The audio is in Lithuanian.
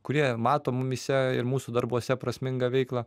kurie mato mumyse ir mūsų darbuose prasmingą veiklą